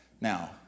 Now